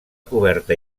coberta